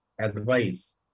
advice